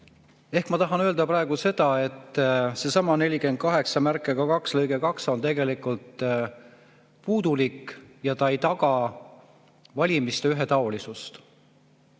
Ma tahan öelda praegu seda, et seesama 482lõige 2 on tegelikult puudulik ega taga valimiste ühetaolisust.